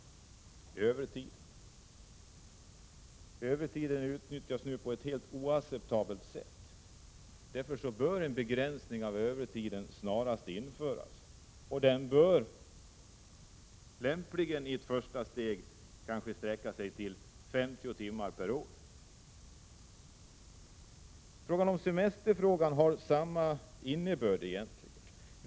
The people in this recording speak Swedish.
Övertiden utnyttjas nu på ett helt oacceptabelt sätt, och därför bör en begränsning av övertiden införas snarast, i ett första steg lämpligen till 50 timmar per år. Semesterfrågan har egentligen samma innebörd.